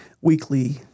weekly